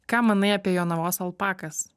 ką manai apie jonavos alpakas